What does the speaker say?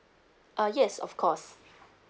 uh yes of course